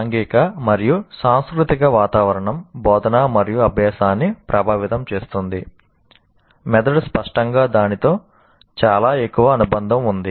సాంఘిక మరియు సాంస్కృతిక వాతావరణం బోధన మరియు అభ్యాసాన్ని ప్రభావితం చేస్తుంది మెదడు స్పష్టంగా దానితో చాలా ఎక్కువ అనుబంధం వుంది